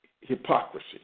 hypocrisy